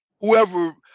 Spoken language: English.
whoever